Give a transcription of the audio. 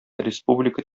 республика